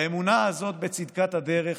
האמונה הזאת בצדקת הדרך,